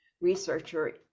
researcher